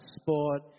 sport